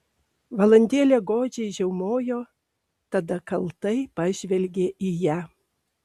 valandėlę godžiai žiaumojo tada kaltai pažvelgė į ją